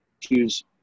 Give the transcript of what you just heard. choose